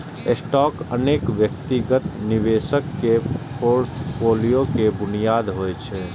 stock अनेक व्यक्तिगत निवेशक के फोर्टफोलियो के बुनियाद होइ छै